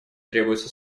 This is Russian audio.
требуются